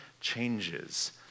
changes